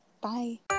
bye